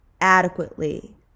adequately